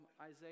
Isaiah